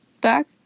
Back